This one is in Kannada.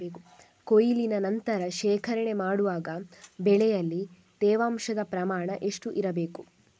ಕೊಯ್ಲಿನ ನಂತರ ಶೇಖರಣೆ ಮಾಡುವಾಗ ಬೆಳೆಯಲ್ಲಿ ತೇವಾಂಶದ ಪ್ರಮಾಣ ಎಷ್ಟು ಇರಬೇಕು?